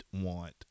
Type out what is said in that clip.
want